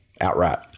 outright